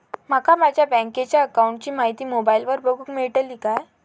माका माझ्या बँकेच्या अकाऊंटची माहिती मोबाईलार बगुक मेळतली काय?